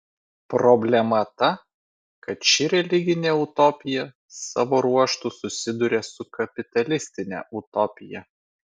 problema ta kad ši religinė utopija savo ruožtu susiduria su kapitalistine utopija